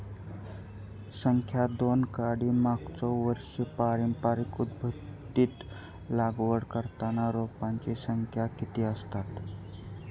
संख्या दोन काडी मागचो वर्षी पारंपरिक पध्दतीत लागवड करताना रोपांची संख्या किती आसतत?